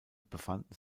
befanden